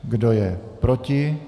Kdo je proti?